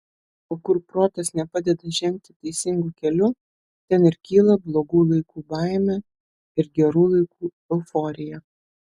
o kur protas nepadeda žengti teisingu keliu ten ir kyla blogų laikų baimė ir gerų laikų euforija